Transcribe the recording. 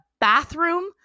bathroom